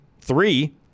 three